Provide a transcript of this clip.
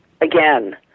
again